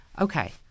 okay